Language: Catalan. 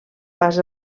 pas